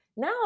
Now